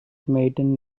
maiden